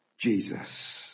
Jesus